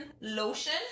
lotion